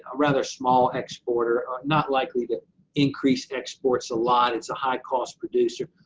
ah rather small exporter, not likely to increase exports a lot. it's a high-cost producer.